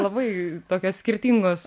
labai tokios skirtingos